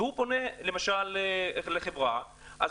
והוא פונה למשל לחברה מסוימת,